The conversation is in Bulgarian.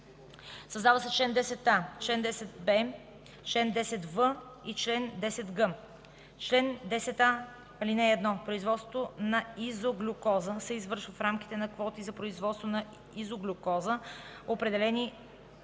Създават се чл. 10а, чл. 10б, чл. 10в и чл. 10г: „Чл. 10а. (1) Производството на изоглюкоза се извършва в рамките на квоти за производство на изоглюкоза, определени